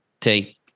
take